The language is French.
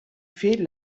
fait